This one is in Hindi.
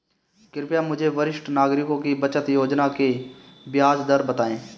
कृपया मुझे वरिष्ठ नागरिकों की बचत योजना की ब्याज दर बताएं